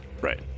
Right